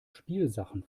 spielsachen